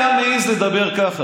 מי היה מעז לדבר ככה?